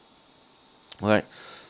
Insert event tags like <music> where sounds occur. alright <breath>